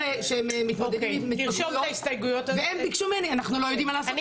והם ביקשו ממני אנחנו לא יודעים מה לעשות.